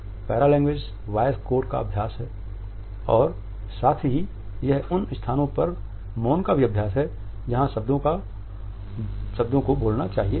तो paralanguage voice code का अभ्यास है और साथ ही यह उन स्थानों पर मौन का भी अभ्यास है जहां शब्दों को बोलना चाहिए था